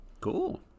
Cool